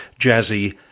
jazzy